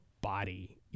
body